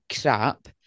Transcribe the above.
crap